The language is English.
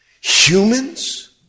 Humans